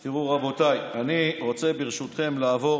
תראו, רבותיי, ברשותכם, אני רוצה לעבור